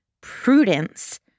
prudence